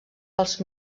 pels